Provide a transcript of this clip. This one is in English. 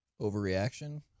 Overreaction